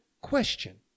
question